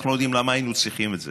אנחנו לא יודעים למה היינו צריכים את זה.